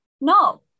No